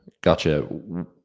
gotcha